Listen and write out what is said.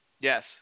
Yes